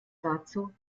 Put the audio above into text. dazu